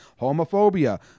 homophobia